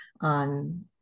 on